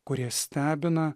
kurie stebina